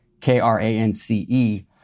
K-R-A-N-C-E